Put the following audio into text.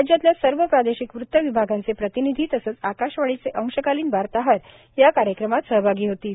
राज्यातल्या सर्व प्रादेशिक वृत विभागांचे प्रतिनिधी तसंच आकाशवाणीचे अंशकालीन वार्ताहर या कार्यक्रमात सहभागी होतील